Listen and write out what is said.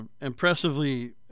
impressively